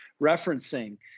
referencing